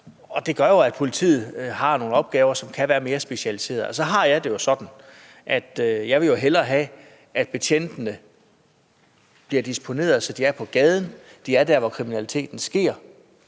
og det gør jo, at politiet har nogle opgaver, som kan være mere specialiserede, og så har jeg det jo sådan, at jeg hellere vil have, at betjentene bliver disponeret, så de er på gaden, de er der, hvor kriminaliteten sker,